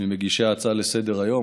מגישי ההצעה לסדר-היום.